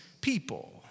people